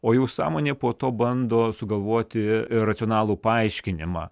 o jų sąmonė po to bando sugalvoti racionalų paaiškinimą